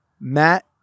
matt